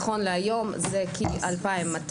נכון להיום זה כ-2,200,